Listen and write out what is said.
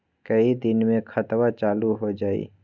कई दिन मे खतबा चालु हो जाई?